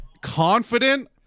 confident